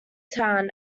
town